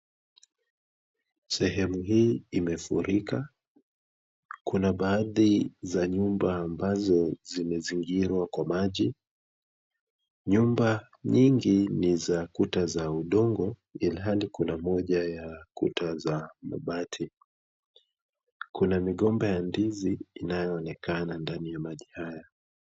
Sehemu hii imefurika. Kuna baadhi za nyumba ambazo zimezingirwa kwa maji. Nyumba nyingi ni za kuta za udongo, ilhali kuna moja ya kuta za mabati. Kuna migomba ya ndizi inayoonekana ndani ya maji haya.